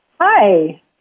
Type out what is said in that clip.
Hi